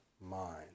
mind